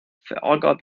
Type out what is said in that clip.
verärgert